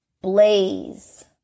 blaze